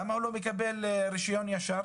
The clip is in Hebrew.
למה הוא לא מקבל רישיון ישר?